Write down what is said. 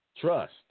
Trust